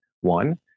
one